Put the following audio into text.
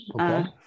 Okay